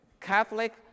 Catholic